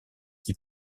qui